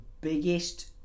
biggest